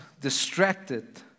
distracted